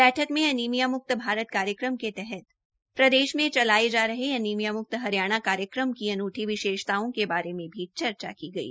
बैठक में एनीमिया म्क्त भारत कार्यक्रम के तहत प्रदेश में चलाए जा रहे एनीमिया म्क्त हरियाणा कार्यक्रम की अनूठी विशेषताओं के बारे भी चर्चा की गई